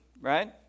right